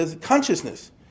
consciousness